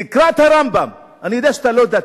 תקרא את הרמב"ם, אני יודע שאתה לא דתי.